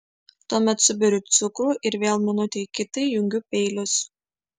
tuomet suberiu cukrų ir vėl minutei kitai jungiu peilius